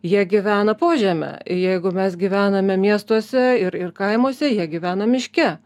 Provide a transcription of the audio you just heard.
jie gyvena po žeme ir jeigu mes gyvename miestuose ir ir kaimuose jie gyvena miške